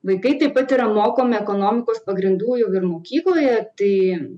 vaikai taip pat yra mokomi ekonomikos pagrindų jau ir mokykloje tai